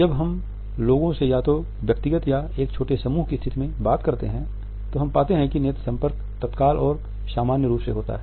जब भी हम लोगों से या तो व्यक्तिगत या एक छोटे समूह की स्थिति में बात करते हैं तो हम पाते हैं कि नेत्र संपर्क तत्काल और सामान्य रूप से होता है